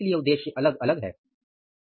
इसलिए उद्देश्य अलग अलग है